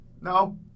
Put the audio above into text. No